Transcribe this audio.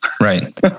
Right